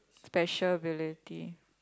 special ability